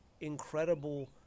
incredible